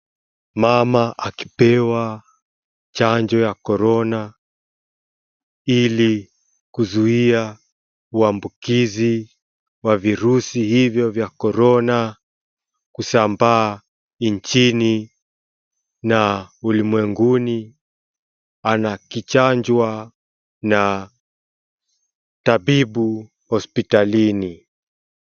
Mama akipewa chanjo ya Corona, ili kuzuia uambukizi, wa virusi hivyo vya Corona, kusambaa nchini, na ulimwenguni, anachanjwa na tabibu hospitalini.